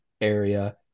area